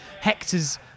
Hector's